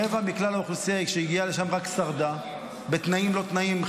רק רבע מכלל האוכלוסייה שהגיעה לשם שרדה בתנאים לא תנאים,